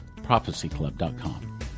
ProphecyClub.com